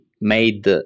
made